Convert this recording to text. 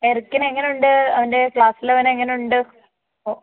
എറിക്കിനു എങ്ങനുണ്ട് അവന്റെ ക്ലാസ്സിലവൻ എങ്ങനുണ്ട്